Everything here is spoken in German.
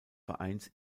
vereins